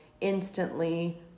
instantly